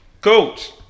coach